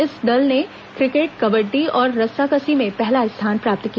इस दल ने क्रिकेट कबड्डी और रस्साकसी में पहला स्थान प्राप्त किया